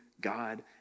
God